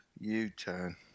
U-turn